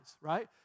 right